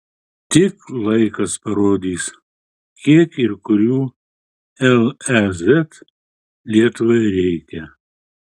tik laikas parodys kiek ir kurių lez lietuvai reikia